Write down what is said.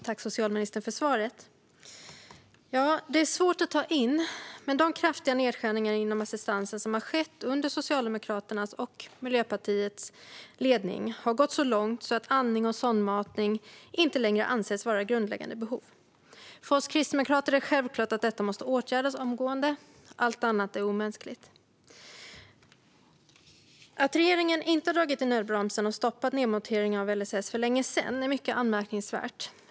Fru talman! Det är svårt att ta in, men de kraftiga nedskärningar inom assistansen som har skett under Socialdemokraternas och Miljöpartiets ledning har gått så långt att andning och sondmatning inte längre anses vara grundläggande behov. För oss kristdemokrater är det självklart att detta måste åtgärdas omgående - allt annat är omänskligt. Att regeringen inte dragit i nödbromsen och stoppat nedmonteringen av LSS för länge sedan är mycket anmärkningsvärt.